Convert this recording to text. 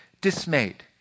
dismayed